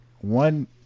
one